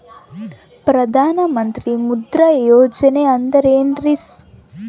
ಪ್ರಧಾನ ಮಂತ್ರಿ ಮುದ್ರಾ ಯೋಜನೆ ಅಂದ್ರೆ ಏನ್ರಿ?